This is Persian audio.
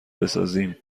بسازیم